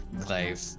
clave